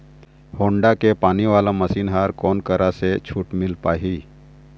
Honda के पानी वाला मशीन हर कोन करा से छूट म मिल पाही?